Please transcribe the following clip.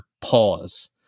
pause